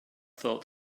thought